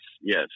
yes